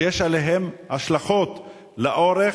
שיש לה השלכות לאורך,